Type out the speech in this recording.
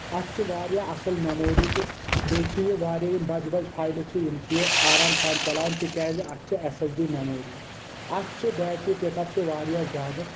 اتھ چھِ واریاہ اصٕل میٚموری تہِ بییٚہِ چھِ یہِ واریاہ یِم بجہِ بجہِ فایٚلہٕ چھِ یِم چھُ یہِ آرام سان چلاوان تِکیازِ اتھ چھِ ایس ایس ڈی میٚموری اتھ چھُ بیٹری پِک اپ تہِ واریاہ زیادٕ